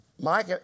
Mike